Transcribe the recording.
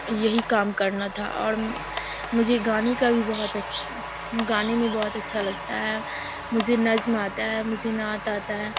یہی کام کرنا تھا اور مجھے گانے کا بھی بہت اچھا گانے میں بہت اچھا لگتا ہے مجھے نظم آتا ہے مجھے نعت آتا ہے